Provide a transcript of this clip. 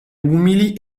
umili